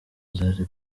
zari